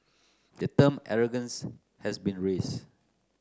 the term 'arrogance' has been raised